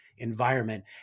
Environment